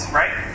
right